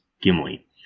Gimli